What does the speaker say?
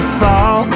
fall